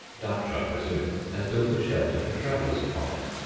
dutch i presume, has built a shelter for travellers upon it.